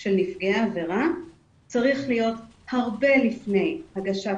של נפגעי עבירה צריך להיות הרבה לפני הגשת